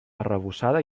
arrebossada